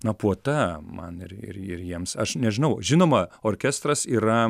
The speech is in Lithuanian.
na puota man ir ir ir jiems aš nežinau žinoma orkestras yra